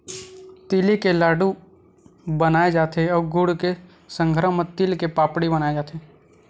तिली के लाडू बनाय जाथे अउ गुड़ के संघरा म तिल के पापड़ी बनाए जाथे